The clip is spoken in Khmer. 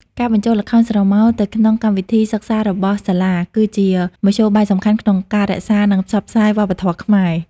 ការបញ្ចូលល្ខោនស្រមោលទៅក្នុងកម្មវិធីសិក្សារបស់សាលា គឺជាមធ្យោបាយសំខាន់ក្នុងការរក្សា និងផ្សព្វផ្សាយវប្បធម៌ខ្មែរ។